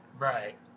right